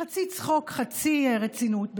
בחצי צחוק חצי רצינות,